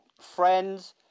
Friends